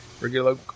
Regular